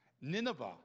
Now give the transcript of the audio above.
Nineveh